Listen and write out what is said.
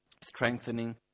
strengthening